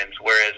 whereas